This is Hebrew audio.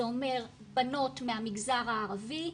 זה אומר בנות מהמגזר הערבי,